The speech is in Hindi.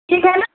ठीक है न